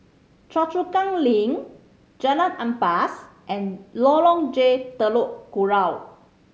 Choa Chu Kang Link Jalan Ampas and Lorong J Telok Kurau